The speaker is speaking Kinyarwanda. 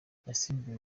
yasimbuwe